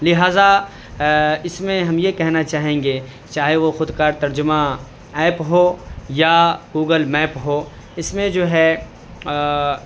لہٰذا اس میں ہم یہ کہنا چاہیں گے چاہے وہ خودکار ترجمہ ایپ ہو یا گوگل میپ ہو اس میں جو ہے